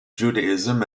judaism